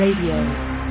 Radio